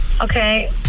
Okay